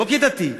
לא כדתי,